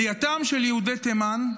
עלייתם של יהודי תימן,